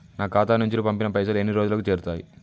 నా ఖాతా నుంచి పంపిన పైసలు ఎన్ని రోజులకు చేరుతయ్?